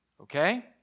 okay